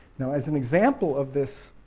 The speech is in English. now as an example of this